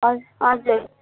ह हजुर